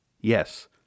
Yes